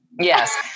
yes